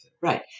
Right